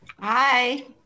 Hi